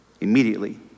Immediately